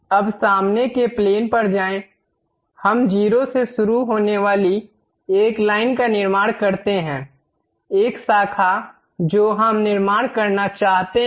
अब सामने के प्लेन पर जाएं हम 0 से शुरू होने वाली एक लाइन का निर्माण करते हैं एक शाखा जो हम निर्माण करना चाहते हैं